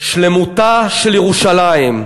שלמותה של ירושלים.